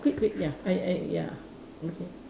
quick quick ya I I ya okay